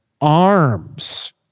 arms